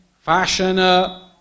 fashioner